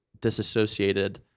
disassociated